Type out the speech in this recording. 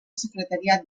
secretariat